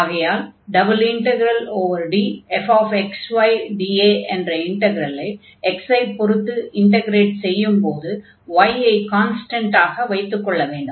ஆகையால் ∬DfxydA என்ற இன்டக்ரலை x ஐ பொருத்து இன்டக்ரேட் செய்யும்போது y ஐ கான்ஸ்டன்டாக வைத்துக் கொள்ள வேண்டும்